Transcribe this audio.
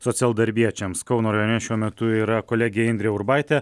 socialdarbiečiams kauno rajone šiuo metu yra kolegė indrė urbaitė